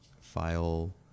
file